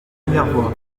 minervois